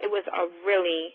it was a really,